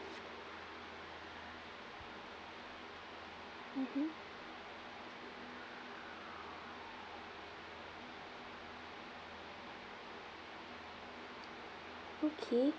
mmhmm okay